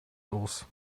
los